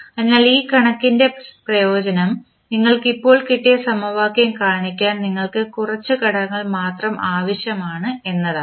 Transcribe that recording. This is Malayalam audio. അതിനാൽ ഈ കണക്കിൻറെ പ്രയോജനം നിങ്ങൾക്ക് ഇപ്പോൾ കിട്ടിയ സമവാക്യം കാണിക്കാൻ നിങ്ങൾക്ക് കുറച്ച് ഘടകങ്ങൾ മാത്രം ആവശ്യമാണ് എന്നതാണ്